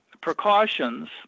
precautions